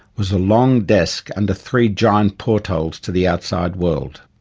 was a long desk under three giant portholes to the outside world.